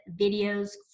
videos